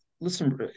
listen